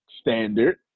standard